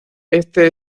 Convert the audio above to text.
este